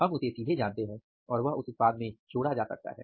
हम उसे सीधे जानते हैं और वह उस उत्पाद में जोड़ा जा सकता है